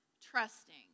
trusting